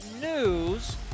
news